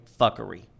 fuckery